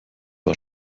war